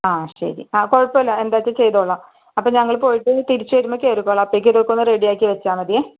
ആ ശരി ആ കുഴപ്പമില്ല അതേ എന്താണെന്ന് വെച്ചാൽ ചെയ്തോളാം അപ്പം ഞങ്ങള് പോയിട്ട് തിരിച്ചു വരുമ്പോൾ കയറിക്കൊളാം അപ്പത്തേക്ക് ഇതൊക്കെയൊന്ന് റെഡിയാക്കി വെച്ചാൽ മതിയേ